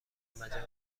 مجامع